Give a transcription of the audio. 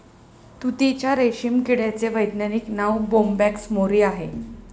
तुतीच्या रेशीम किड्याचे वैज्ञानिक नाव बोंबॅक्स मोरी आहे